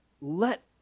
let